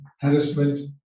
harassment